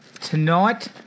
Tonight